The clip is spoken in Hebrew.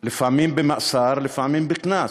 לפעמים במאסר ולפעמים בקנס.